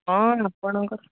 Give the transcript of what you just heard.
ହଁ ଆପଣଙ୍କର